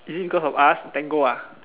is it because of us Tango ah